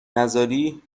نذاری